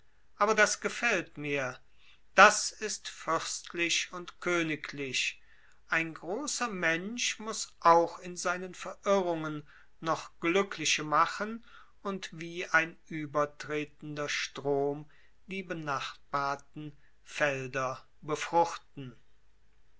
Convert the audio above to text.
aber das gefällt mir das ist fürstlich und königlich ein großer mensch muß auch in seinen verirrungen noch glückliche machen und wie ein übertretender strom die benachbarten felder befruchten